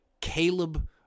Caleb